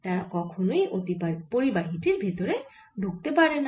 তারা কখনোই অতিপরিবাহী টির ভেতরে ঢুকতে পারেনা